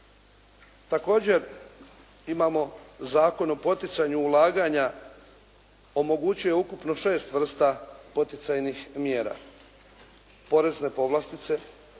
Također imamo Zakon o poticanju ulaganja, omogućuje ukupno 6 vrsta poticajnih mjera, porezne povlastice,